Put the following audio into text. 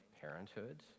parenthood